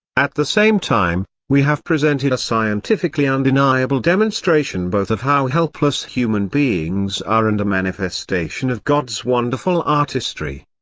at the same time, we have presented a scientifically undeniable demonstration both of how helpless human beings are and a manifestation of god's wonderful artistry.